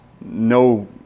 no